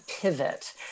pivot